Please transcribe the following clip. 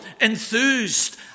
enthused